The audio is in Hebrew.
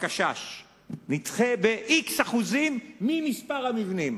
נבנה ב-x אחוזים ממספר המבנים.